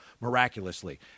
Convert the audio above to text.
miraculously